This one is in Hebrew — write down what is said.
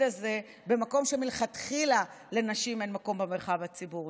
הזה במקום שמלכתחילה לנשים אין מקום במרחב הציבורי?